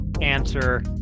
answer